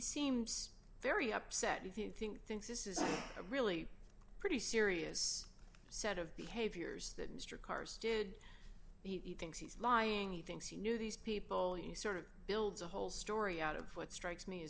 seems very upset if you think thinks this is a really pretty serious set of behaviors that mr karr's did he thinks he's lying he thinks he knew these people you sort of builds a whole story out of what strikes me